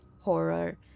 horror